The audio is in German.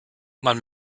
man